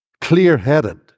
clear-headed